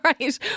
right